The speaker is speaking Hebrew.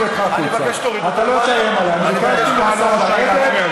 אני יודע, לא שמעתי על הכלל הזה.